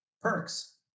Perks